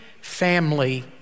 family